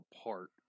apart